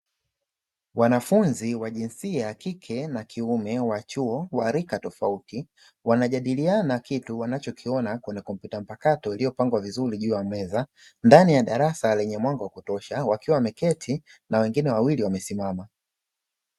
Wanafunzi wa jinsia ya kike na kiume wa chuo, wa rika tofauti, wanajadiliana kitu wanachokiona kwenye kompyuta mpakato iliyopangwa vizuri juu ya meza, ndani ya darasa lenye mwanga wa kutosha, wakiwa wameketi na wengine wawili wamesimama.